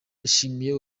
yashimiye